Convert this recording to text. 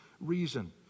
reason